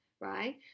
right